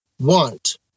want